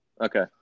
okay